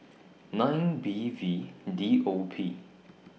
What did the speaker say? nine B V D O P